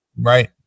Right